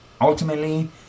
ultimately